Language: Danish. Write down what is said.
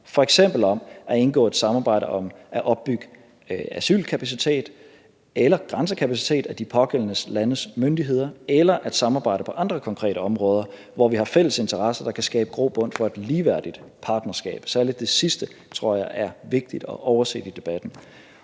om at indgå et samarbejde om at opbygge asylkapacitet eller grænsekapacitet af de pågældende landes myndigheder eller at samarbejde på andre konkrete områder, hvor vi har fælles interesser, der kan skabe grobund for et ligeværdigt partnerskab. Særlig det sidste tror jeg er vigtigt og overset i debatten.